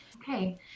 Okay